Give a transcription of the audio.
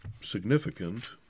significant